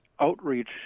Outreach